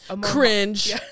cringe